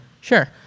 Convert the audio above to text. sure